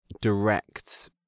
direct